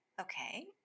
okay